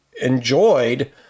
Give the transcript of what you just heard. enjoyed